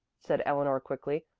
said eleanor quickly.